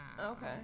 Okay